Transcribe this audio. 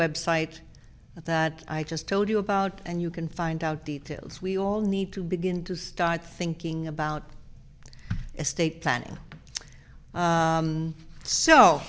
website that i just told you about and you can find out details we all need to begin to start thinking about estate planning